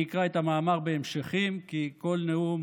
אני אקרא את המאמר בהמשכים, כי כל נאום